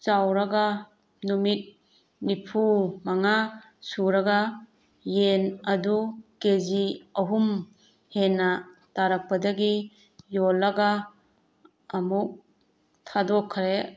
ꯆꯥꯎꯔꯒ ꯅꯨꯃꯤꯠ ꯅꯤꯐꯨ ꯃꯉꯥ ꯁꯨꯔꯒ ꯌꯦꯟ ꯑꯗꯨ ꯀꯦꯖꯤ ꯑꯍꯨꯝ ꯍꯦꯟꯅ ꯇꯥꯔꯛꯄꯗꯒꯤ ꯌꯣꯜꯂꯒ ꯑꯃꯨꯛ ꯊꯥꯗꯣꯛꯈ꯭ꯔꯦ